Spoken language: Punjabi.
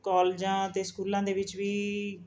ਕੋਲਜਾਂ ਅਤੇ ਸਕੂਲਾਂ ਦੇ ਵਿੱਚ ਵੀ